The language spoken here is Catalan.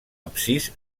absis